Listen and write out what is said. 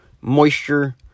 moisture